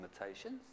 limitations